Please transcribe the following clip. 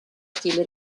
stile